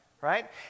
right